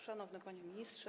Szanowny Panie Ministrze!